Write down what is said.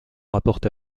rapporte